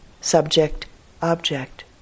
subject-object